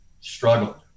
struggled